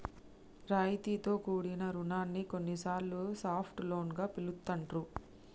రాయితీతో కూడిన రుణాన్ని కొన్నిసార్లు సాఫ్ట్ లోన్ గా పిలుత్తాండ్రు